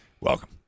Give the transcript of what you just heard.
Welcome